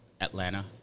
Atlanta